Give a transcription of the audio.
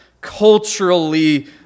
culturally